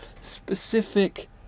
specific